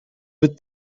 with